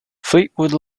fleetwood